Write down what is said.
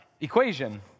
equation